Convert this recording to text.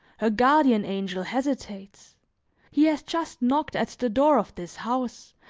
her guardian angel hesitates he has just knocked at the door of this house,